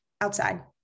outside